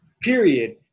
period